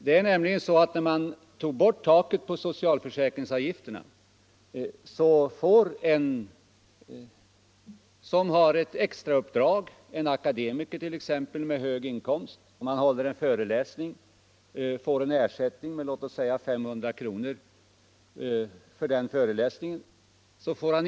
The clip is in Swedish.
Men jag vill ändå peka på att när man tar bort taket på socialförsäkringsavgifterna får en person som har ett extrauppdrag —t.ex. en akademiker med hög inkomst 110 som håller en föreläsning och får en ersättning för detta med låt oss säga 500 kr.